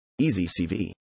EasyCV